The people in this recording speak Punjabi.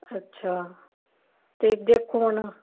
ਅੱਛਾ ਅਤੇ ਦੇਖੋ ਹੁਣ